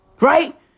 Right